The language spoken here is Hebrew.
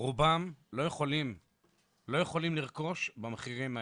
שרובם לא יכולים לרכוש במחירים האלו.